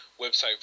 website